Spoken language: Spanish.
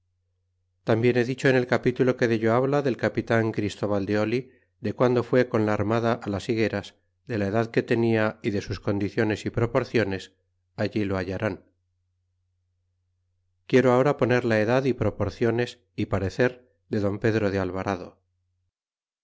tambien he dicho en el capitulo que dello habla del capitan christóval de oh de guando fué con la armada á las higueras de la edad que tenia y de sus condiciones é proporciones allí lo hallarán quiero ahora poner la edad é prop orciones y parecer de don pedro de alvarado